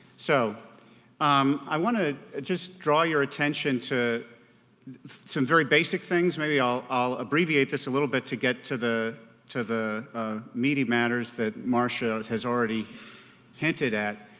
so um i want to just draw your attention to some very basic things. maybe i'll abbreviate this a little bit to get to the to the meaty matters that marcia has already hinted at.